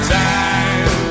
time